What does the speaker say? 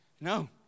No